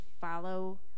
follow